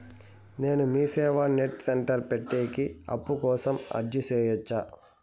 నేను MeeSeva net centre పెట్టేకి అప్పు కోసం అర్జీ సేయొచ్చా?